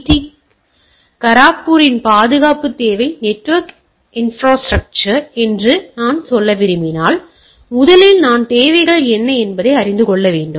D கரக்பூரின் பாதுகாப்புத் தேவை நெட்வொர்க் இன்ப்ராஸ்ட்ரக்சர் என்ன என்று சொல்ல விரும்பினால் முதலில் நான் தேவைகள் என்ன என்பதை அறிந்து கொள்ள வேண்டும்